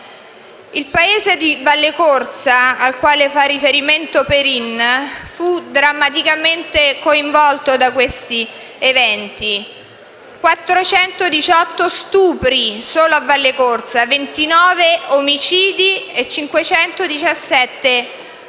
Il paese di Vallecorsa, al quale fa riferimento Perin, fu drammaticamente coinvolto da quegli eventi: ci furono, solo a Vallecorsa, 418 stupri, 29 omicidi e 517 furti.